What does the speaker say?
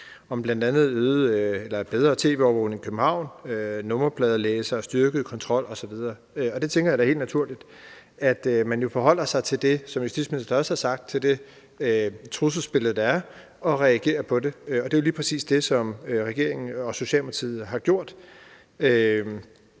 om bl.a. bedre tv-overvågning i København, nummerpladelæsere, styrket kontrol osv. Og det tænker jeg da er helt naturligt: at man jo forholder sig til det, som justitsministeren også har sagt om det trusselsbillede, der er, og reagerer på det. Og det er lige præcis det, som regeringen og Socialdemokratiet har gjort,